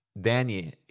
Danny